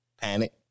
Panic